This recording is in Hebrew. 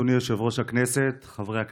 אדוני יושב-ראש הכנסת, חברי הכנסת,